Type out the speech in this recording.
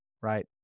right